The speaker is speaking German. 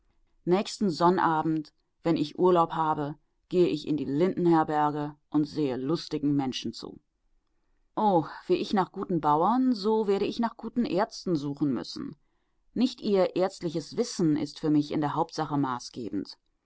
nächsten sonnabend wenn ich urlaub habe gehe ich in die lindenherberge und sehe lustigen menschen zu oh wie ich nach guten bauern so werde ich nach guten ärzten suchen müssen nicht ihr ärztliches wissen ist für mich in der hauptsache maßgebend